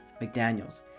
McDaniels